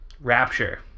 Rapture